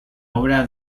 obra